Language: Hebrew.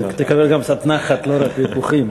כדי שתקבל גם קצת נחת ולא רק ויכוחים.